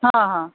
हा हा